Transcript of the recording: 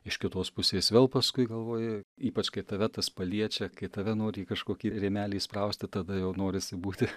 iš kitos pusės vėl paskui galvoji ypač kai tave tas paliečia kai tave nori į kažkokį rėmelį įsprausti tada jau norisi būti